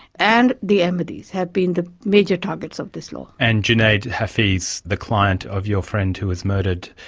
and the ahmadis have been the major targets of this law. and junaid hafeez, the client of your friend who was murdered,